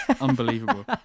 Unbelievable